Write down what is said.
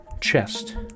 chest